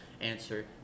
answer